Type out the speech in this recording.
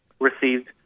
received